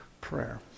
prayer